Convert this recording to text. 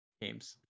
games